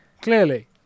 Clearly